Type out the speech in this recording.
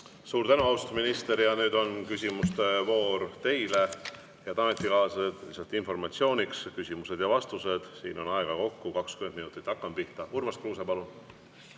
Suur tänu, austatud minister! Ja nüüd on küsimuste voor teile. Head ametikaaslased, lihtsalt informatsiooniks: küsimused ja vastused, siin on aega kokku 20 minutit. Hakkame pihta. Urmas Kruuse, palun!